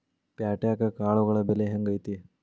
ಪ್ಯಾಟ್ಯಾಗ್ ಕಾಳುಗಳ ಬೆಲೆ ಹೆಂಗ್ ಐತಿ?